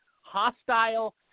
hostile